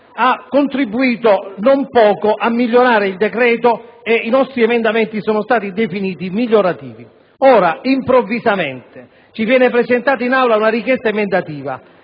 ha contribuito non poco a migliorare il decreto, tanto che i nostri emendamenti sono stati definiti migliorativi. Ora, improvvisamente, ci viene presentata in Aula una richiesta emendativa